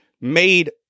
made